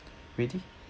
ready